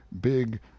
big